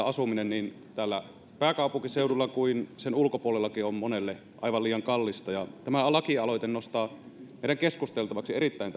asuminen niin täällä pääkaupunkiseudulla kuin sen ulkopuolellakin on monelle aivan liian kallista tämä lakialoite nostaa meidän keskusteltavaksemme erittäin